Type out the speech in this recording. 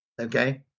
Okay